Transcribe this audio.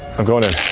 i'm going in.